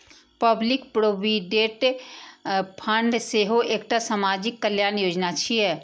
public provident fund सेहो एकटा सामाजिक कल्याण योजना छियै